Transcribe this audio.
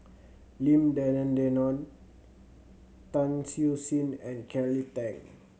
Lim Denan Denon Tan Siew Sin and Kelly Tang